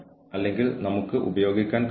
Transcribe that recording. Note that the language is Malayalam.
സ്വഭാവദൂഷ്യത്തിന്റെ തീവ്രത മറ്റൊന്നാണ്